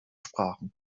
sprachen